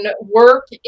work